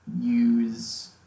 use